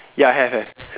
ya have have